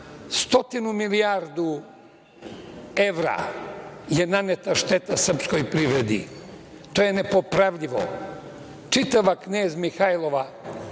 milijardi evra je naneta šteta srpskoj privredi. To je nepopravljivo. Čitava Knez Mihailova